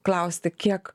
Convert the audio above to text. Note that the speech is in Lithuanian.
klausti kiek